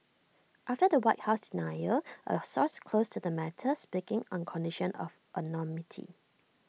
after the white house denial A source close to the matter speaking on condition of anonymity